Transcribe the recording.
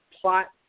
plot